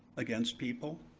against people,